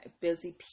Busy